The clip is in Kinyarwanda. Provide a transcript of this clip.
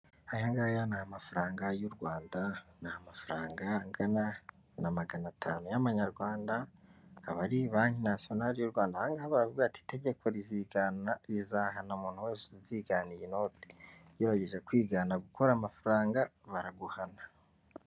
Aya ngaya ni amafaranga y'u Rwanda, ni amafaranga angana na magana atanu y'amanyarwanda, akaba ari banki nasiyonali y'u Rwanda, aha ngaha baravuga bati: itegeko rizahana umuntu wese uzigana iyi note, ugerageje kwigana gukora amafaranga baraguhana.